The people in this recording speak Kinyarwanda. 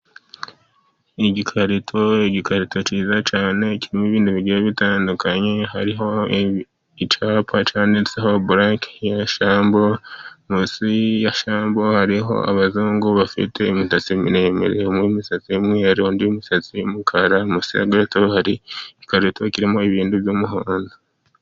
Igikarito igikarito cyiza cyane, kirimo ibintu bigiye bitandukanye hariho icyapa cyanditseho brakeheya shambo, munsi ya shambo hariho abazungu bafite imitasi miremire, umwe imisatsi y'umweru undi imisatsi y'umukara , munsi gato hariho igikarito kirimo ibintu by'umuhondo.